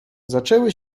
zaczęły